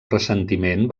ressentiment